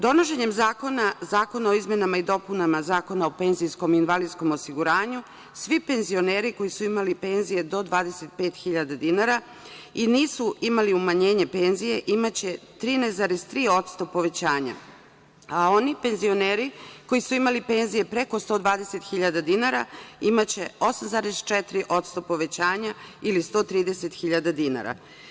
Donošenjem zakona o izmenama i dopunama Zakona o penzijskom i invalidskom osiguranju, svi penzioneri koji su imali penzije do 25.000 dinara i nisu imali umanjenje penzije, imaće 13,3% povećanja, a oni penzioneri koji su imali penzije preko 120.000 dinara, imaće 8,4% povećanja ili 130.000 dinara.